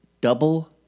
double